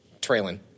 Trailing